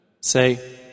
Say